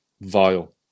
vile